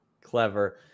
clever